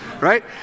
right